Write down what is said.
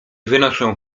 wynoszę